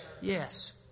Yes